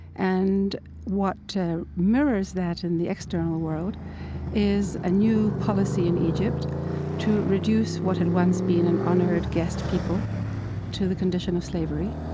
and what mirrors that in the external world is a new policy in egypt to reduce what had once been an honored guest people to the condition of slavery